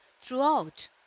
throughout